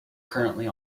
currently